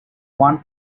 one